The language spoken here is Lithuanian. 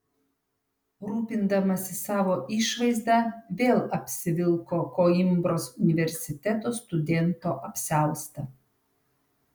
rūpindamasis savo išvaizda vėl apsivilko koimbros universiteto studento apsiaustą